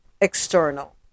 external